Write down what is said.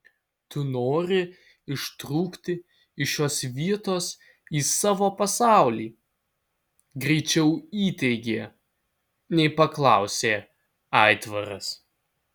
tu nori ištrūkti iš šios vietos į savo pasaulį greičiau įteigė nei paklausė aitvaras